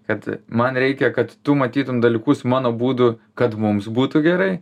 kad man reikia kad tu matytum dalykus mano būdu kad mums būtų gerai